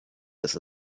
ist